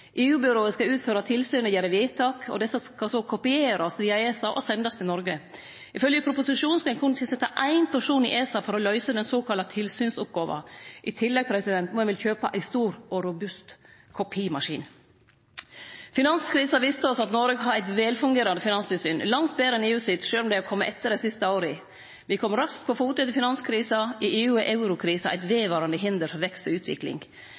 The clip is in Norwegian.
EU-byrået skal utføre tilsyn og gjere vedtak, og desse skal så kopierast via ESA og sendast til Noreg. Ifylgje proposisjonen skal ein berre tilsetje éin person i ESA for å løyse den såkalla tilsynsoppgåva. I tillegg må ein vel kjøpe ei stor og robust kopimaskin. Finanskrisa viste oss at Noreg har eit velfungerande finanstilsyn – langt betre enn EU sitt, sjølv om dei er komne etter dei siste åra. Me kom raskt på fote etter finanskrisa. I EU er eurokrisa eit vedvarande hinder for vekst og utvikling.